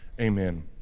amen